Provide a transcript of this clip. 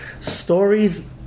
Stories